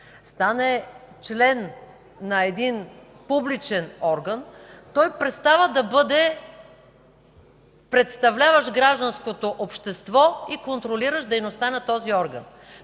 стане член на един публичен орган, той престава да бъде представляващ гражданското общество и контролиращ дейността на този орган.